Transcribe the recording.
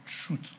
truth